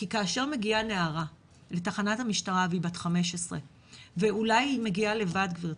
כי כאשר מגיעה נערה לתחנת המשטרה והיא בת 15 ואולי היא מגיעה לבד גברתי,